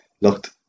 looked